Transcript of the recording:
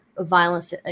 violence